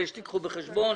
קחו בחשבון.